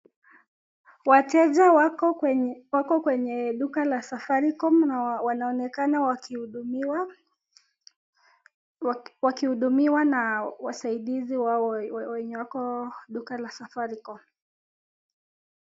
Wateja wako kwenye duka la safaricom na wanaonekana wakihudumiwa na wasaidizi wao wenye wako duka la safaricom.